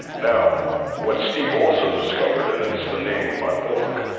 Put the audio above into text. now what steve also discovered, and it's the name of my book,